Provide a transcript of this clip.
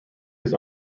his